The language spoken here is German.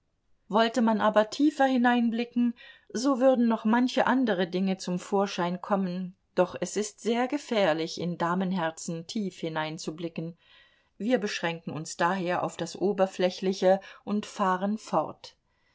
wollte man aber tiefer hineinblicken so würden noch manche andere dinge zum vorschein kommen doch es ist sehr gefährlich in damenherzen tief hineinzublicken wir beschränken uns daher auf das oberflächliche und fahren fort